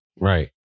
Right